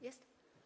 Jest?